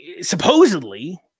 supposedly